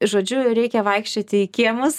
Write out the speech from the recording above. žodžiu reikia vaikščioti į kiemus